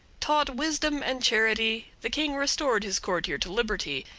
taught wisdom and charity, the king restored his courtier to liberty,